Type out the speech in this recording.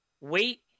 wait